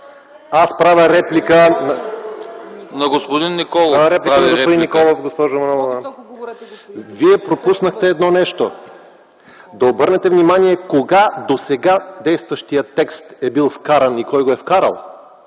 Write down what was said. Аз правя реплика на господин Николов, госпожо Манолова. Вие пропуснахте едно нещо – да обърнете внимание: кога досега действащият текст е бил вкаран и кой го е вкарал?